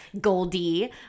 Goldie